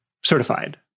certified